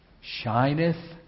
Shineth